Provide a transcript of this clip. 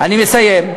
אני מסיים.